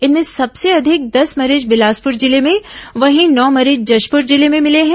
इनमें सबसे अधिक दस मरीज बिलासपुर जिले में वहीं नौ मरीज जशपुर जिले में मिले हैं